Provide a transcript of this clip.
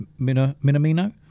Minamino